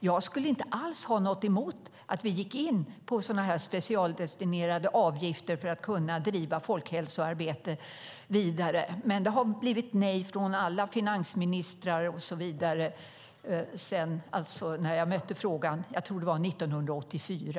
Jag skulle inte alls ha något emot att vi gick in på sådana här specialdestinerade avgifter för att kunna driva folkhälsoarbete vidare. Men det har blivit nej från alla finansministrar och så vidare sedan jag mötte frågan - jag tror att det var 1984.